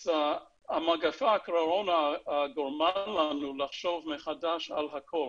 אז המגפה, הקורונה, גרמה לנו לחשוב מחדש על הכול